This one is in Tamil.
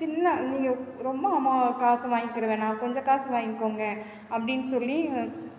சின்ன நீங்கள் ரொம்ப அமௌ காசு வாங்கிக்கிட வேணாம் கொஞ்சம் காசு வாங்கிக்கோங்க அப்படின்னு சொல்லி